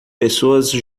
pessoas